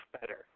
better